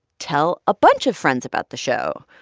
tell a bunch of friends about the show.